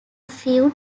feud